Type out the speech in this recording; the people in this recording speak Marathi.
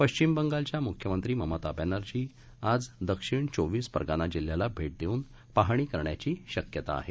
पश्चिम बंगालच्या मुख्यमंत्री ममता बॅनर्जी आज दक्षिण चोवीस परगाना जिल्ह्याला भेट देऊन पहाणी करण्याची शक्यता आहे